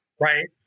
right